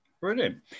Brilliant